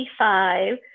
25